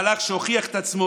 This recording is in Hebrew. מהלך שהוכיח את עצמו.